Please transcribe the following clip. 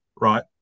right